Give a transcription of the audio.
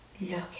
Look